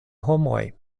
homoj